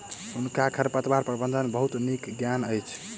हुनका खरपतवार प्रबंधन के बहुत नीक ज्ञान अछि